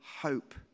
hope